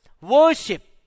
worship